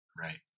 Right